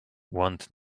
want